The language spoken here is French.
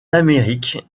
amériques